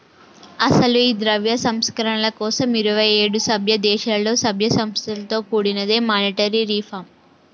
అసలు ఈ ద్రవ్య సంస్కరణల కోసం ఇరువైఏడు సభ్య దేశాలలో సభ్య సంస్థలతో కూడినదే మానిటరీ రిఫార్మ్